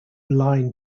line